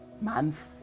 month